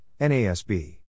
NASB